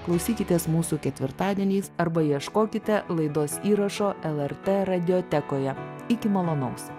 klausykitės mūsų ketvirtadieniais arba ieškokite laidos įrašo lrt radiotekoje iki malonaus